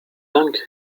dank